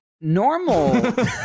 Normal